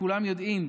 כולם יודעים,